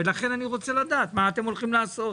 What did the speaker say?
לכן אני רוצה לדעת מה אתם הולכים לעשות.